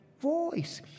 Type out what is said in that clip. voice